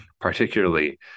particularly